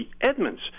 Edmonds